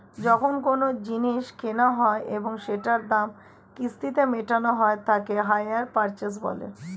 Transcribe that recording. যখন কোনো জিনিস কেনা হয় এবং সেটার দাম কিস্তিতে মেটানো হয় তাকে হাইয়ার পারচেস বলে